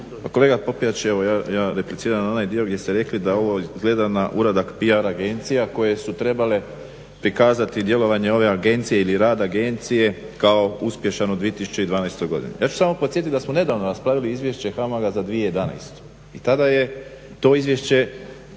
kolega Popijač, evo ja repliciram na onaj dio gdje ste rekli da ovo izgleda na uradak PR agencija koje su trebale prikazati djelovanje ove agencije ili rad agencije kao uspješan u 2012. godini. Ja ću samo podsjetit da smo nedavno raspravili izvješće HAMAG-a za 2011. i tada je to izvješće